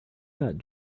that